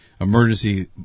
emergency